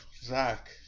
Zach